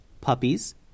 Puppies